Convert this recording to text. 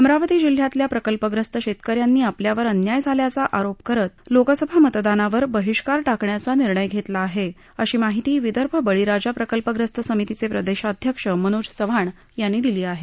अमरावती जिल्ह्यातल्या प्रकल्पग्रस्त शेतकऱ्यातीी आपल्यावर अन्याय झाल्याचा आरोप करत लोकसभा मतदानावर बहिष्कार टाकण्याचा निर्णय घेतला आहे अशी माहिती विदर्भ बळीराजा प्रकल्पग्रस्त समितीचे प्रदेशाध्यक्ष मनोज चव्हाण यात्री दिली आहे